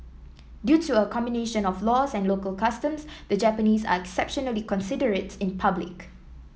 due to a combination of laws and local customs the Japanese are exceptionally considerate in public